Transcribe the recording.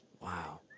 Wow